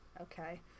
Okay